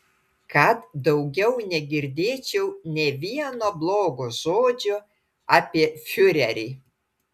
kad daugiau negirdėčiau nė vieno blogo žodžio apie fiurerį